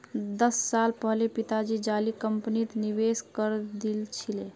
दस साल पहले पिताजी जाली कंपनीत निवेश करे दिल छिले